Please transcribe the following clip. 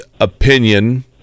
opinion